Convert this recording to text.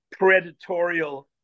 predatorial